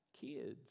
kids